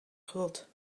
grot